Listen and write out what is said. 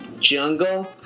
Jungle